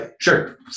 Sure